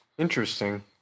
Interesting